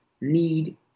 need